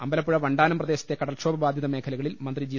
അമ്പലപ്പുഴ വണ്ടാനം പ്രദേശത്തെ കടൽക്ഷോഭ ബാധിത മേഖലകളിൽ മന്ത്രി ജി